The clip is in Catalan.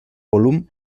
volum